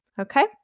okay